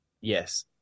Yes